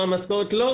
לא,